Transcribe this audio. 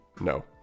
No